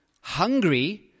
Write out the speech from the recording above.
Hungry